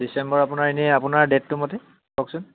ডিচেম্বৰ আপোনাৰ এনেই আপোনাৰ ডেটটো মতে কওকচোন